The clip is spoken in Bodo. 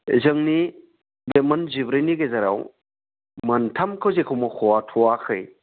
जोंनि बे मोनजिब्रैनि गेजेराव मोनथामखौ जेखौ मख'थवाखै